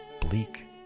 bleak